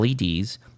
LEDs